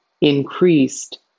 increased